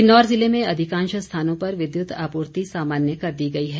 किन्नौर जिले में अधिकांश स्थानों पर विद्युत आपूर्ति सामान्य कर दी गई है